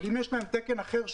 אבל אם יש להם תקן אחר,